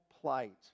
plight